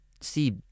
see